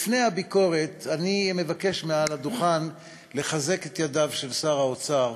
לפני הביקורת אני מבקש מעל הדוכן לחזק את ידיו של שר האוצר